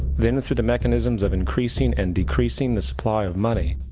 then, through the mechanism of increasing and decreasing the supply of money,